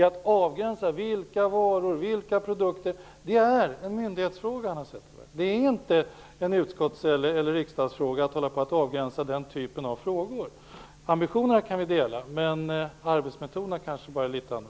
Att avgränsa vilka varor och produkter det gäller är en myndighetsfråga, Hanna Zetterberg. Det inte en uppgift för utskott eller för riksdagen att göra den typen av avgränsningar. Ambitionerna kan vi dela, men vad gäller arbetsmetoderna är det kanske annorlunda.